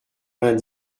vingt